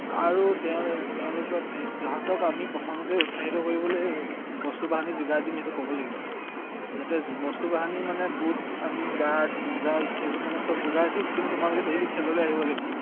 আৰু তেওঁ তেওঁলোকে তাহাঁতক আমি প্ৰথমতেই উৎসাহিত কৰিবলে বস্তু বাহানি যোগাৰ দিম সেইটো ক'ব লাগিব যাতে বস্তু বাহানি মানে বুট আমি গাৰ্ড মোজা ষ্টকিং মানে চব যোগাৰ দিম কিন্তু তোমালোকে ডেইলী খেললে আহিব লাগিব